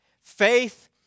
Faith